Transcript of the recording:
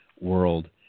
world